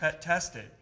tested